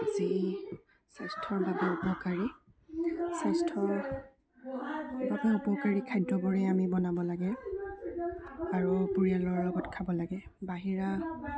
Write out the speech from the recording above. যি স্বাস্থ্যৰ বাবে উপকাৰী স্বাস্থ্যৰ বাবে উপকাৰী খাদ্যবোৰেই আমি বনাব লাগে আৰু পৰিয়ালৰ লগত খাব লাগে বাহিৰা